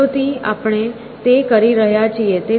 સદીઓથી આપણે તે કરી રહ્યા છીએ